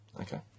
Okay